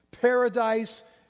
Paradise